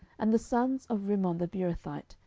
and the sons of rimmon the beerothite,